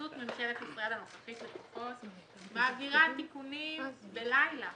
בחסות ממשלת ישראל הנוכחית לפחות מעבירה תיקונים בלילה.